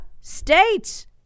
states